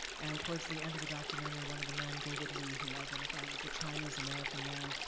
and towards the end of the documentary, one of the men, david lee who identifies as a chinese-american man,